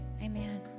Amen